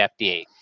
FDA